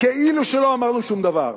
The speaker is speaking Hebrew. כאילו שלא אמרנו שום דבר.